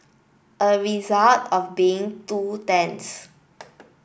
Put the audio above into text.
a result of being two tents